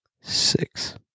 Six